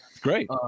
great